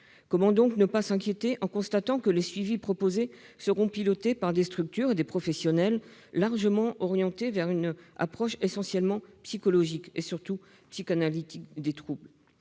Comment donc ne pas s'inquiéter en constatant que les suivis proposés seront pilotés par des structures et des professionnels largement orientés vers une approche essentiellement psychologique et, surtout, psychanalytique des troubles ?